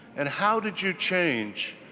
and how did you change?